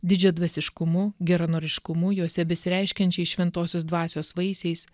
didžiadvasiškumu geranoriškumu juose besireiškiančiais šventosios dvasios vaisiais